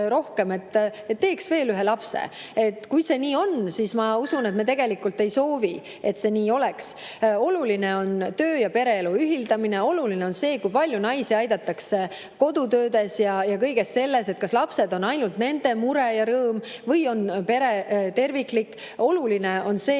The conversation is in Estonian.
rohkem, teeks veel ühe lapse. Kui see nii on, siis ma usun, et me tegelikult ei soovi, et see nii oleks. Oluline on töö ja pereelu ühildamine. Oluline on see, kui palju naisi aidatakse kodutöödes ja kõiges selles. Kas lapsed on ainult nende mure ja rõõm või on pere terviklik? Oluline on see,